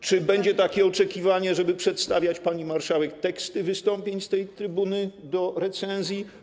Czy będzie takie oczekiwanie, żeby przedstawiać pani marszałek teksty wystąpień z tej trybuny do recenzji?